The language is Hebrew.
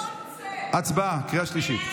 הצבעה בקריאה שלישית.